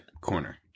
corner